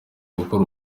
gukora